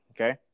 okay